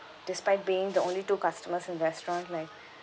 despite being the only two customers in the restaurant like